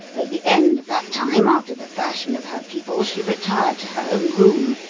at the end of that time, after the fashion of her people, she retired to her own room,